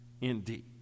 indeed